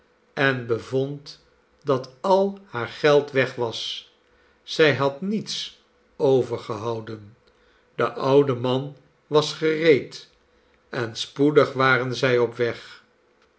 en bevond dat al haar geld weg was zij had niets overgehouden de oude man was gereed en spoedig waren zij op weg